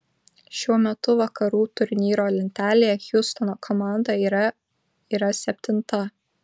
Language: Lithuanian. šiuo metu vakarų turnyro lentelėje hjustono komanda yra yra septinta